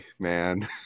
man